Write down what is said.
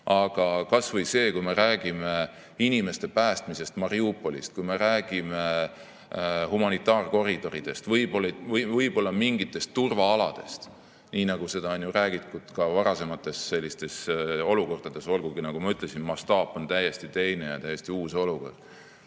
Aga kas või see, kui me räägime inimeste päästmisest Mariupolis, kui me räägime humanitaarkoridoridest, võib-olla mingitest turvaaladest, nii nagu seda on ju räägitud ka varasemates sellistes olukordades, olgugi, nagu ma ütlesin, mastaap on täiesti teine ja on täiesti uus olukord.